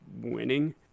winning